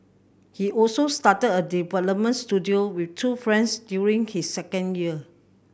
he also started a development studio with two friends during his second year